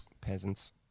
peasants